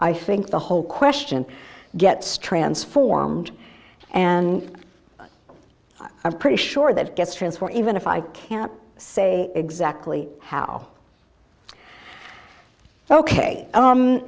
i think the whole question gets transformed and i'm pretty sure that gets transfer even if i can't say exactly how ok